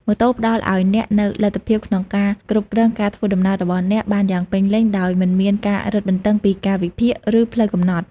ម៉ូតូផ្តល់ឱ្យអ្នកនូវលទ្ធភាពក្នុងការគ្រប់គ្រងការធ្វើដំណើររបស់អ្នកបានយ៉ាងពេញលេញ ដោយមិនមានការរឹតបន្តឹងពីកាលវិភាគ ឬផ្លូវកំណត់។